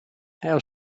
how